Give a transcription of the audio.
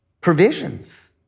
provisions